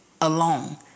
alone